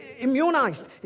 immunized